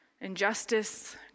Injustice